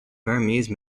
burmese